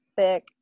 thick